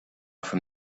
from